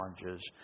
challenges